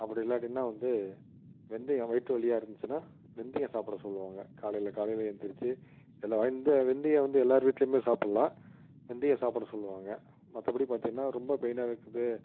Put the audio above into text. அப்படி இல்லாட்டினா வந்து வெந்தயம் வயிற்று வலியாக இருந்துச்சுனா வெந்தயம் சாப்பிட சொல்வாங்க காலையில் காலையில் எழுந்திரிச்சி எல்லா இந்த வெந்தயம் வந்து எல்லார் வீட்லேயுமே சாப்பிட்லாம் வெந்தயம் சாப்பிட சொல்வாங்க மற்றபடி பார்த்தீங்கன்னா ரொம்ப பெயினாக இருக்குது